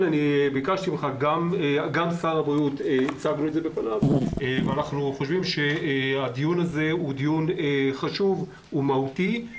הצגנו את זה גם בפני שר הבריאות ואנחנו חושבים שהדיון הזה חשוב ומהותי,